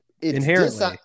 Inherently